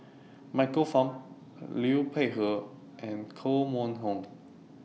Michael Fam Liu Peihe and Koh Mun Hong